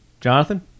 Jonathan